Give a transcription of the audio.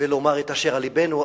ולומר את אשר על לבנו.